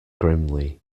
grimly